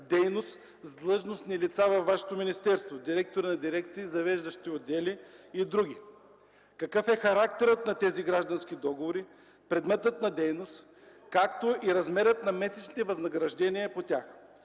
дейност с длъжностни лица във Вашето министерство – директори на дирекции, завеждащи отдели и други? Какъв е характерът на тези граждански договори, предметът на дейност, както и размерът на месечните възнаграждения по тях?